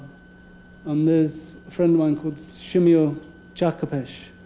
um this friend of mine called simeon tshakapesh.